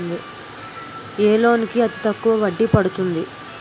ఏ loan కి అతి తక్కువ వడ్డీ పడుతుంది?